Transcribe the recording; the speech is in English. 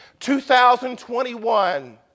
2021